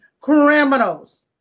criminals